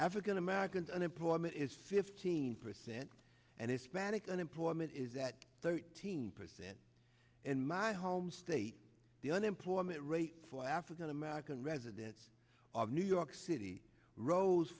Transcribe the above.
african american unemployment is fifteen percent and hispanic unemployment is that thirteen percent in my home state the unemployment rate for african american residents of new york city rose